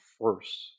first